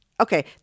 Okay